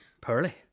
Pearly